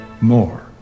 More